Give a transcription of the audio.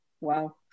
Wow